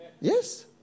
Yes